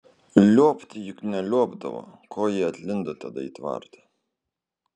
liuobti juk neliuobdavo ko ji atlindo tada į tvartą